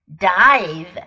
dive